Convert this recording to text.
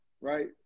right